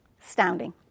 Astounding